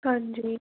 ਹਾਂਜੀ